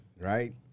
right